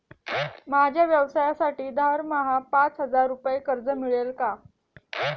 माझ्या व्यवसायासाठी दरमहा पाच हजार रुपये कर्ज मिळेल का?